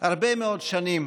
רוצה להוסיף שהרבה מאוד שנים